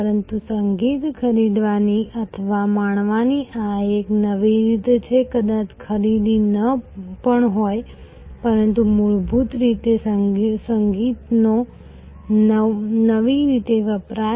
પરંતુ સંગીત ખરીદવાની અથવા માણવાની આ એક નવી રીત છે કદાચ ખરીદી ન પણ હોય પરંતુ મૂળભૂત રીતે સંગીતનો નવી રીતે વપરાશ